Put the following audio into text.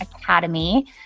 academy